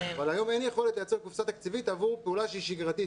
אבל היום אין יכולת לייצר קופסה תקציבית עבור פעולה שהיא שגרתית,